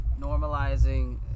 normalizing